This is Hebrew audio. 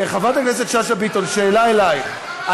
שאלה אלייך,